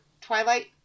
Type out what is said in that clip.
Twilight